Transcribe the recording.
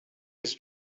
his